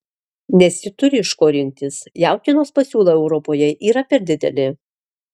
nes ji turi iš ko rinktis jautienos pasiūla europoje yra per didelė